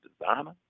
designer